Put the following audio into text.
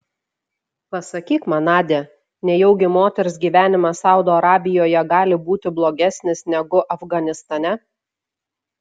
pasakyk man nadia nejaugi moters gyvenimas saudo arabijoje gali būti blogesnis negu afganistane